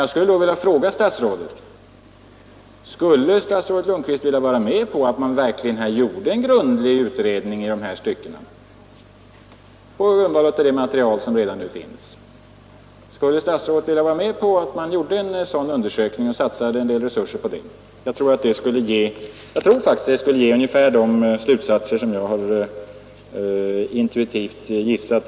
Jag vill emellertid fråga om statsrådet Lundkvist skulle vilja medverka till att få till stånd en grundlig utredning i dessa stycken på grundval av det material som nu redan finns och att satsa en del resurser på detta. Jag tror faktiskt att man då skulle komma fram till ungefär de slutsatser som jag rent intuitivt dragit.